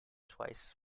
twice